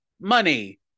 money